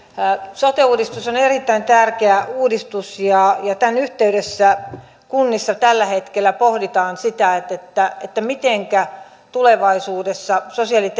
sote uudistus on erittäin tärkeä uudistus ja tämän yhteydessä kunnissa tällä hetkellä pohditaan sitä mitenkä tulevaisuudessa sosiaali ja